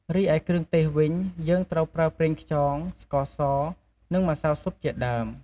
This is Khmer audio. រីឯគ្រឿងទេសវិញ យើងត្រូវប្រើប្រេងខ្យង ស្ករស និងម្សៅស៊ុបជាដើម។